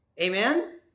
Amen